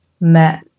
met